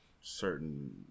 certain